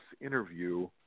interview